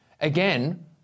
Again